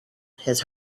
his